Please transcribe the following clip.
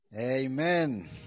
Amen